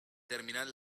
terminar